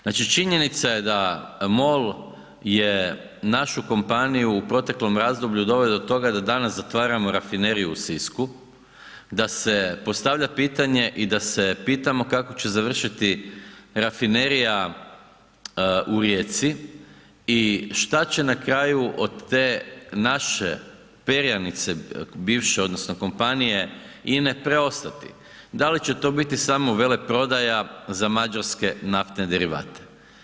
Znači činjenica je da MOL je našu kompaniju u proteklom razdoblju doveo do toga da danas zatvaramo Rafineriju u Sisku, da se postavlja pitanje i da se pitamo kako će završiti Rafinerija u Rijeci i šta će na kraju od te naše perjanice bivše, odnosno kompanije INA-e preostati, da li će to biti samo veleprodaja za mađarske naftne derivate.